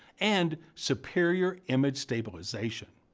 and superior image stabilization.